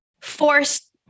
forced